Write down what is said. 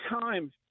time